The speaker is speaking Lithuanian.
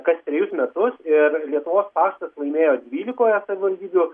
kas trejus metus ir lietuvos paštas laimėjo dvylikoje savivaldybių